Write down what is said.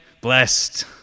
blessed